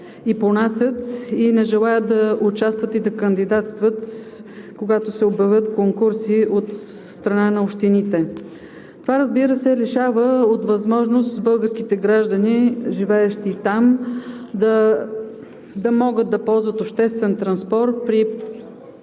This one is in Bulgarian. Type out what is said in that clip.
и понасят и не желаят да участват и да кандидатстват, когато се обявят конкурси от страна на общините. Това, разбира се, лишава от възможност българските граждани, живеещи там, да могат да ползват обществен транспорт,